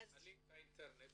אנחנו